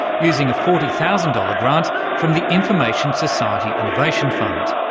using a forty thousand dollars grant from the information society innovation fund,